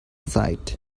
sight